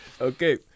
Okay